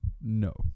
no